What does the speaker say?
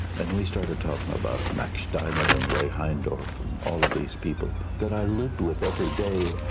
and we started talking about max steiner and ray heindorf and all of these people that i lived with everyday,